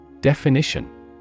Definition